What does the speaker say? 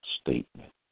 statement